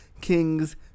kings